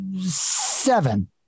seven